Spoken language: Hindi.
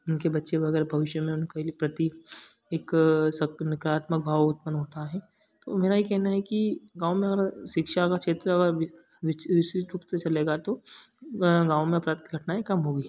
उनके बच्चे वगैरह भविष्य में उनके लि प्रति एक सकारात्मक भाव उत्पन्न होता है तो मेरा ये कहना है कि गाँव में अगर शिक्षा का क्षेत्र अगर विच रूप से चलेगा तो गाँव में अपराध की घटनाएँ कम होंगी